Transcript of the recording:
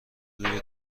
روی